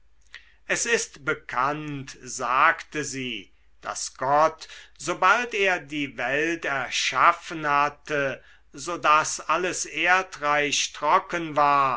es ist bekannt sagte sie daß gott sobald er die welt erschaffen hatte so daß alles erdreich trocken war